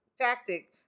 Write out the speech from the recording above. tactic